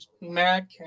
mac